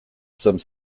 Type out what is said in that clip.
some